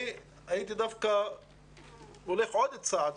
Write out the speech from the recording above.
הייתי דווקא הולך עוד צעד,